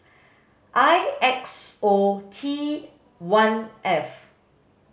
I X O T one F